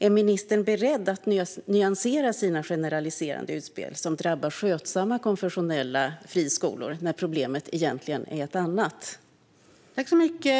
Är ministern beredd att nyansera sina generaliserande utspel, som drabbar skötsamma konfessionella friskolor, när problemet egentligen är ett annat?